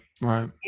right